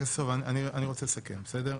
חבר הכנסת סובה, אני רוצה לסכם, בסדר?